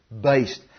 based